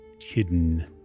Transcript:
hidden